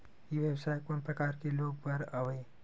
ई व्यवसाय कोन प्रकार के लोग बर आवे?